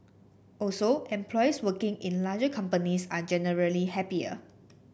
also employees working in larger companies are generally happier